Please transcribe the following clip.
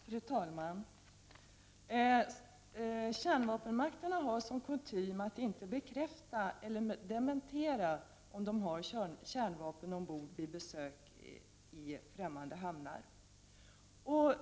Fru talman! Kärnvapenmakterna har som kutym att inte bekräfta eller dementera om de har kärnvapen ombord vid besök i främmande hamnar.